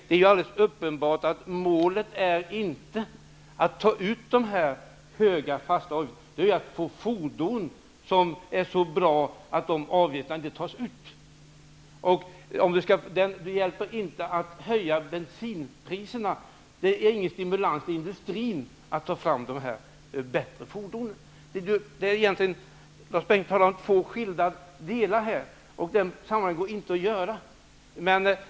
Det är helt uppenbart att målet inte är att ta ut dessa höga fasta avgifter, utan det är att få fram fordon som är så bra att avgifterna inte behöver tas ut. Det hjälper inte att höja bensinpriset, då det inte ger industrin någon stimulans att ta fram de bättre fordonen. Lars Bäckström talar om två skilda saker, och de går inte att jämföra.